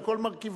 על כל מרכיביה.